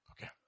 Okay